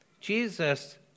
Jesus